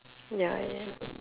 ya ya ya